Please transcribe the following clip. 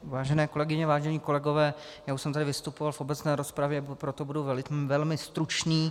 Vážené kolegyně, vážení kolegové, já už jsem tady vystupoval v obecné rozpravě, proto budu velmi stručný.